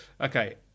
Okay